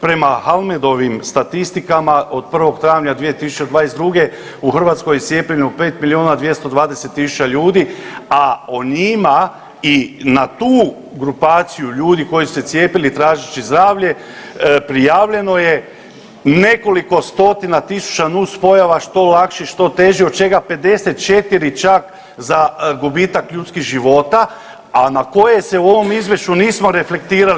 Prema Halmedovim statistikama od 1. travnja 2022. u Hrvatskoj je cijepljeno 5 milijuna 220 tisuća ljudi, a o njima i na tu grupaciju ljudi koji su se cijepili tražeći zdravlje prijavljeno je nekoliko stotina tisuća nus pojava što lakših što težih od čega 54 čak za gubitak ljudskih života, a na koje se u ovom izvješću nismo reflektirali.